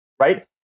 right